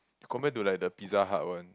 compared to like the Pizza Hut one